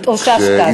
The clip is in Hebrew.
התאוששת.